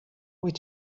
wyt